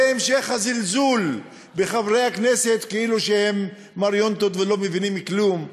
זה המשך הזלזול בחברי הכנסת כאילו הם מריונטות ולא מבינים כלום,